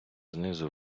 знизу